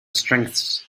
strengths